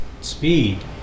speed